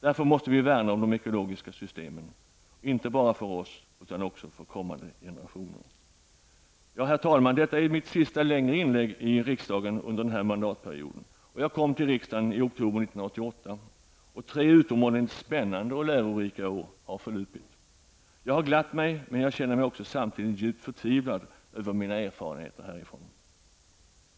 Därför måste vi värna om de ekologiska systemen, inte bara för oss själva utan också för kommande generationer. Herr talman! Detta är mitt sista längre inlägg i riksdagen under denna mandatperiod. Jag kom till riksdagen i oktober 1988, och tre utomordentligt spännande och lärorika år har förlupit. Jag har glatt mig, men jag känner mig samtidigt djupt förtvivlad över mina erfarenheter härifrån.